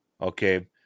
okay